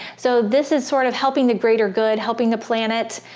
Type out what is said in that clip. so this is sort of helping the greater good, helping the planet,